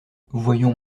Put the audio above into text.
voyons